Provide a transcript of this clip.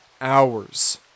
hours